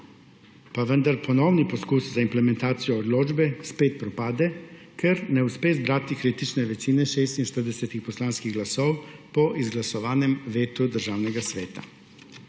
pa vendar ponovni poizkus za implementacijo odločbe spet propade, ker ne uspe izbrati kritične večine 46 poslanskih glasov po izglasovanem vetu Državnega sveta.